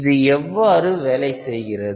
இது எவ்வாறு வேலை செய்கிறது